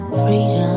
freedom